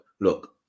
Look